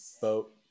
boat